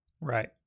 Right